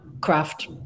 craft